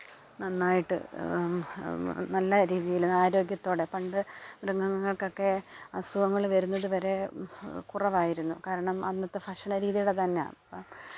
നന്നായിട്ട് നല്ല രീതിയിൽ ആരോഗ്യത്തോടെ പണ്ട് മൃഗങ്ങള്ക്കൊക്കെ അസുഖങ്ങള് വരുന്നതു വരെ കുറവായിരുന്നു കാരണം അന്നത്തെ ഭക്ഷണ രീതികള് തന്നെയാണ് അപ്പോഴാ